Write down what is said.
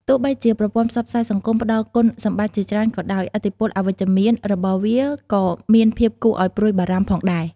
ទោះបីជាប្រព័ន្ធផ្សព្វផ្សាយសង្គមផ្តល់គុណសម្បត្តិជាច្រើនក៏ដោយ ឥទ្ធិពលអវិជ្ជមានរបស់វាក៏មានភាពគួរឲ្យព្រួយបារម្ភផងដែរ។